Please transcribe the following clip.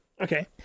okay